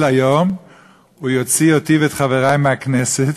היום הוא יוציא אותי ואת חברי מהכנסת,